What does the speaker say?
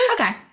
Okay